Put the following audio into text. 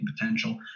potential